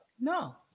No